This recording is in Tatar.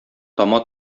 тама